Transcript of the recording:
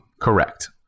Correct